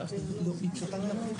שהגיעו